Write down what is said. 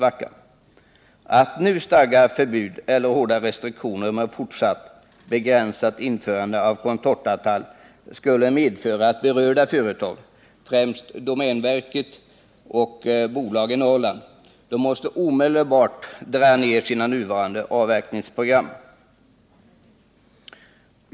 Att nu stadga förbud eller hårda restriktioner mot fortsatt, begränsat införande av contortatall skulle medföra att berörda företag — främst domänverket och vissa bolag i Norrland — omedelbart måste dra ner sina nuvarande avverkningsprogram.